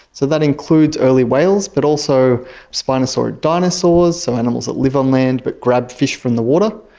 so that includes early whales but also spinosaurus dinosaurs, so animals that live on land but grab fish from the water,